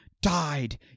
died